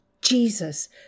Jesus